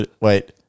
Wait